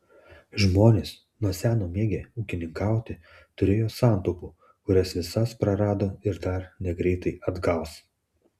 žmonės nuo seno mėgę ūkininkauti turėjo santaupų kurias visas prarado ir dar negreitai atgaus